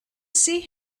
see